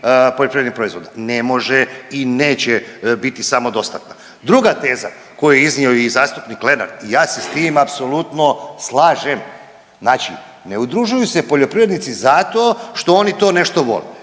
poljoprivrednim proizvodima. Ne, može i neće biti samodostatna. Druga teza koju je iznio i zastupnik Lenart i ja se s tim apsolutno slažem. Znači, ne udružuju se poljoprivrednici zato što oni to nešto vole,